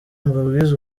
mbabwize